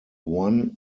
one